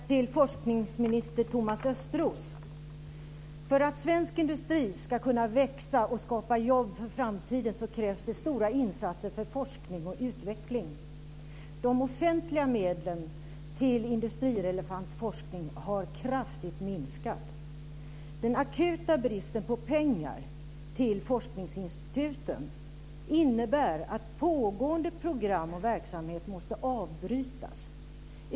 Fru talman! Jag har en fråga till forskningsminister Thomas Östros. För att svensk industri ska kunna växa och skapa jobb för framtiden krävs det stora insatser för forskning och utveckling. De offentliga medlen till industrirelevant forskning har minskat kraftigt. Den akuta bristen på pengar till forskningsinstituten innebär att pågående program och verksamhet måste avbrytas.